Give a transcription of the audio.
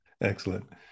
Excellent